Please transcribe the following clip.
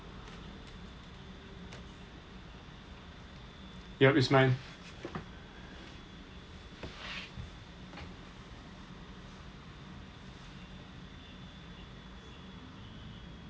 yup it's mine